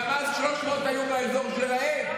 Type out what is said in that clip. אז גם 300 היו באזור שלהם.